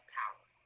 power